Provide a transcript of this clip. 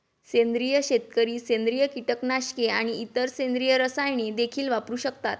सेंद्रिय शेतकरी सेंद्रिय कीटकनाशके आणि इतर सेंद्रिय रसायने देखील वापरू शकतात